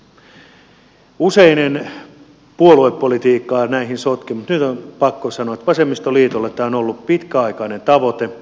usein en puoluepolitiikkaa näihin sotke mutta nyt on pakko sanoa että vasemmistoliitolle tämä on ollut pitkäaikainen tavoite